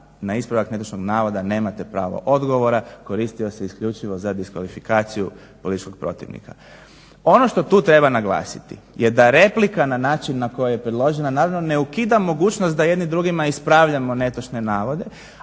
na ispravak netočnog navoda nemate pravo odgovora. Koristio se isključivo za diskvalifikaciju političkog protivnika. Ono što tu treba naglasiti je da replika na način na koji je predložena naravno ne ukida mogućnost da jedni drugima ispravljamo netočne navode,